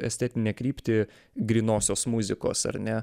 estetinę kryptį grynosios muzikos ar ne